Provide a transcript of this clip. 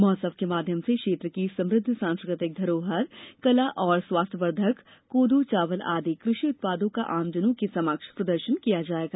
महोत्सव के माध्यम से क्षेत्र की समृद्ध सांस्कृतिक धरोहर कला एवं स्वास्थ्यवर्धक कोदो चावल आदि कृषि उत्पादों का आमजनों के समक्ष प्रदर्शन किया जाएगा